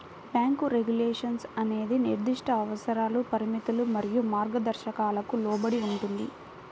bank regulation అనేది నిర్దిష్ట అవసరాలు, పరిమితులు మరియు మార్గదర్శకాలకు లోబడి ఉంటుంది,